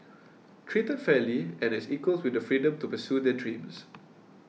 treated fairly and as equals with the freedom to pursue their dreams